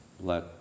let